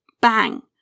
bang